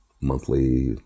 monthly